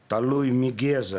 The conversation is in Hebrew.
בגזע,